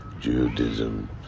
Judaism